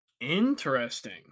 Interesting